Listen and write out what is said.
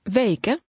weken